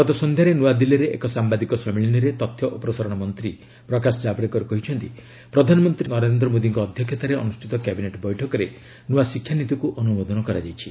ଗତ ସନ୍ଧ୍ୟାରେ ନୂଆଦିଲ୍ଲୀରେ ଏକ ସାମ୍ଘାଦିକ ସମ୍ମିଳନୀରେ ତଥ୍ୟ ଓ ପ୍ରସାରଣ ମନ୍ତ୍ରୀ ପ୍ରକାଶ ଜାବ୍ଡେକର କହିଛନ୍ତି ପ୍ରଧାନମନ୍ତ୍ରୀ ନରେନ୍ଦ୍ର ମୋଦୀଙ୍କ ଅଧ୍ୟକ୍ଷତାରେ ଅନୁଷ୍ଠିତ କ୍ୟାବିନେଟ୍ ବୈଠକରେ ନୂଆ ଶିକ୍ଷାନୀତିକୁ ଅନୁମୋଦନ କରାଯାଇଛି